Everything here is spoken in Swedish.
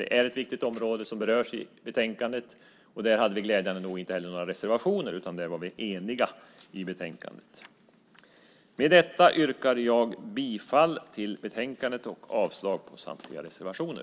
Det är ett viktigt område som tas upp i betänkandet, och där har vi glädjande nog inte några reservationer, utan vi är eniga. Med detta yrkar jag bifall till utskottets förslag i betänkandet och avslag på samtliga reservationer.